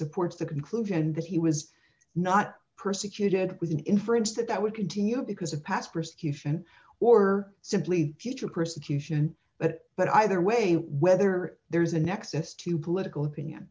supports the conclusion that he was not persecuted with an inference that that would continue because of past persecution or simply future persecution but but either way whether there's a nexus to political opinion